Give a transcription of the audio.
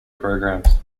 programs